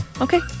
Okay